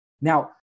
Now